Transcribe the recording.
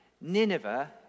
Nineveh